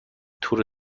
تور